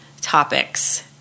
topics